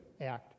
act